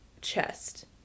chest